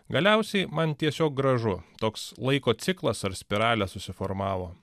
galiausiai man tiesiog gražu toks laiko ciklas ar spiralė susiformavo